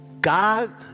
God